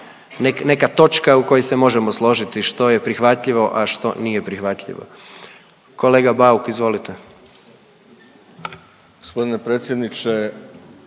neka točka u kojoj se možemo složiti što je prihvatljivo, a što nije prihvatljivo. Kolega Bauk, izvolite.